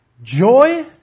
Joy